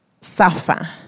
suffer